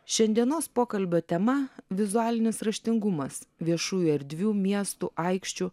šiandienos pokalbio tema vizualinis raštingumas viešųjų erdvių miestų aikščių